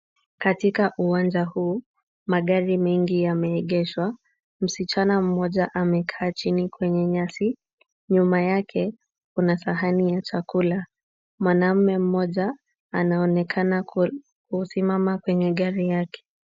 Katika uwanja huu, magari mengi yameegeshwa. Msichana mmoja amekaa chini kwenye nyasi. Nyuma yake kuna sahani ya chakula. Mwanamme mmoja anaonekana kusimama kwenye gari yake.